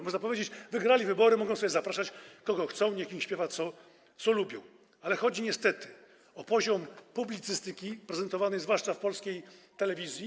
Można powiedzieć: wygrali wybory, mogą sobie zapraszać, kogo chcą, niech im śpiewa, co lubią, ale chodzi niestety o poziom publicystyki prezentowanej zwłaszcza w polskiej telewizji.